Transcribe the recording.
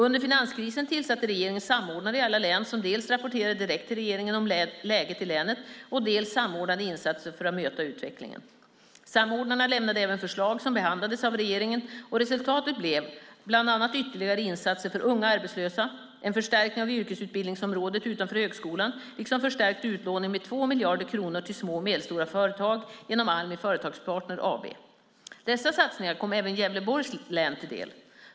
Under finanskrisen tillsatte regeringen samordnare i alla län som dels rapporterade direkt till regeringen om läget i länet, dels samordnade insatser för att möta utvecklingen. Samordnarna lämnade även förslag som behandlades av regeringen. Resultatet blev bland annat ytterligare insatser för unga arbetslösa, en förstärkning på yrkesutbildningsområdet utanför högskolan liksom förstärkt utlåning med 2 miljarder kronor till små och medelstora företag genom Almi Företagspartner AB. Dessa satsningar kom även Gävleborgs län till del.